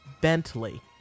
Bentley